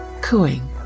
cooing